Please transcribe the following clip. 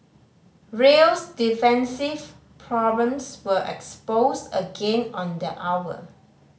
real's defensive problems were exposed again on the hour